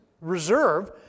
reserve